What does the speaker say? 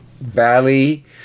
Valley